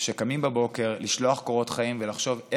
שקמים בבוקר ושולחים קורות חיים וחושבים